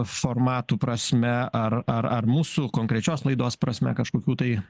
formatų prasme ar ar ar mūsų konkrečios laidos prasme kažkokių tai